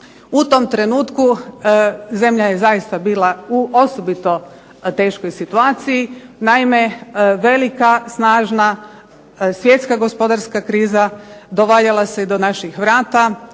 U tom trenutku zemlja je zaista bila u osobito teškoj situaciji. Naime, velika snažna svjetska gospodarska kriza dovaljala se i do naših vrata.